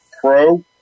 pro